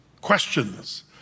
questions